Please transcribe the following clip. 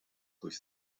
durch